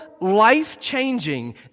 life-changing